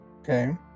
Okay